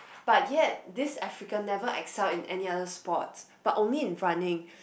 but yet this African never Excel in any other sports but only in running